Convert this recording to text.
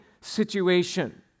situation